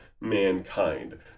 mankind